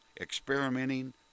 experimenting